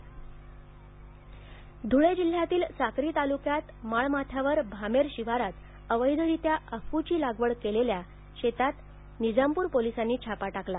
अमली पदार्थ धुळे जिल्ह्यातील साक्री तालुक्यात माळमाथ्यावर भामेर शिवारात अवैधरित्या अफूची लागवड केलेल्या शेतात निजामपूर पोलिसांनी छापा टाकला